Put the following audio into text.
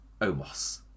Omos